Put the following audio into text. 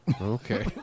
Okay